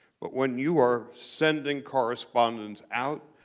but when you are sending correspondents out,